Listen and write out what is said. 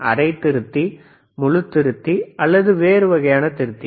அரை திருத்தி முழு திருத்தி அல்லது வேறு திருத்தி